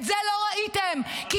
את זה לא ראיתם -- את חוזרת בך?